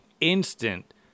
instant